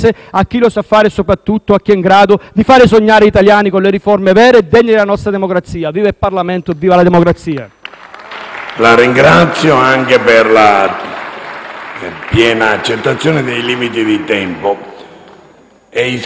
Viva il Parlamento! Viva la democrazia!